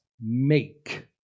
make